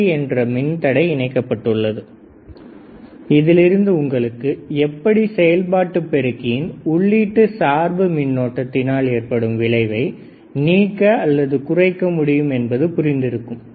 i1i2IB IB0 VR3 VV IBR3 i1Vin VR10 IBR3R1 IBR3R1 i2 IBR3 0R2 IBR3R2 IBR3R1 IBR3R2IB R3R1 R3R21 IBIB R3R1R3R21 R3R1R2R1R2 R3R1||R2 இதிலிருந்து உங்களுக்கு எப்படி செயல்பாட்டு பெருக்கியின் உள்ளீட்டு சார்பு மின்னோட்டத்தினால் ஏற்படும் விளைவை நீக்க அல்லது குறைக்க முடியும் என்பது புரிந்து இருக்கும்